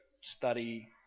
study